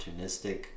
opportunistic